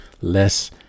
less